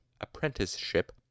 apprenticeship